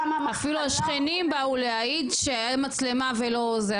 אפילו השכנים באו להעיד שהייתה מצלמה ולא, זה.